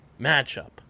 matchup